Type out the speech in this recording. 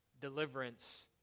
deliverance